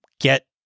get